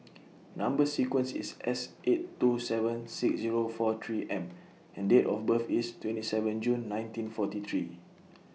Number sequence IS S eight two seven six Zero four three M and Date of birth IS twenty seven June nineteen forty three